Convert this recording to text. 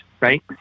right